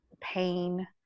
pain